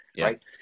right